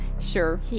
Sure